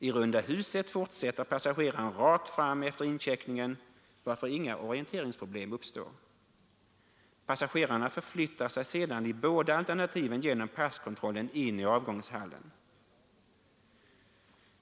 I runda huset fortsätter passageraren rakt fram efter incheckningen, varför inga orienteringsproblem uppstår. Passagerarna förflyttar sig sedan i båda alternativen genom passkontrollen in i avgångshallen.